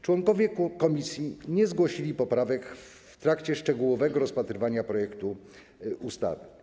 Członkowie komisji nie zgłosili poprawek w trakcie szczegółowego rozpatrywania projektu ustawy.